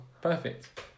Perfect